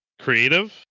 creative